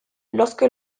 lorsque